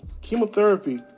chemotherapy